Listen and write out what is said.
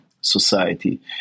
society